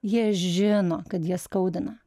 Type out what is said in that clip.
jie žino kad jie skaudina